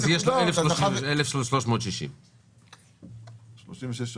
אז יש לו 1,360. לא.